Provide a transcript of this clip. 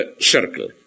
circle